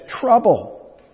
trouble